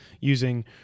using